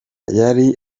yari